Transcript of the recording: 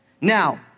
Now